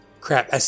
Crap